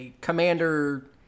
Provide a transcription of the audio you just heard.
Commander